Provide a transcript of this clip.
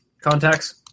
contacts